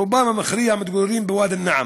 רובם המכריע מתגוררים בוואדי-אלנעם.